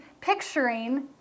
picturing